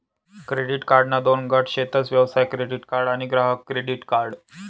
credit कार्डना दोन गट शेतस व्यवसाय क्रेडीट कार्ड आणि ग्राहक क्रेडीट कार्ड